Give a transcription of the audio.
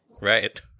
Right